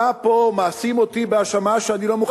אתה פה מאשים אותי בהאשמה שאני לא מוכן לקחת,